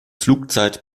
flugzeit